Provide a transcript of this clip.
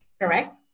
Correct